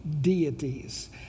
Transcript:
deities